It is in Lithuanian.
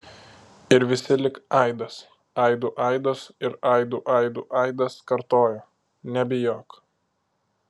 ir visi lyg aidas aidų aidas ir aidų aidų aidas kartojo nebijok